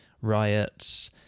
riots